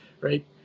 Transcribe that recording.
right